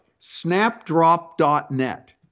snapdrop.net